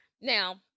Now